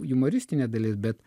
jumoristinė dalis bet